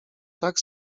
tak